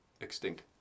extinct